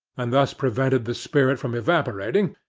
and thus prevented the spirit from evaporating,